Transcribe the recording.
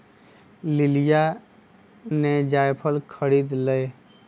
लिलीया ने जायफल खरीद लय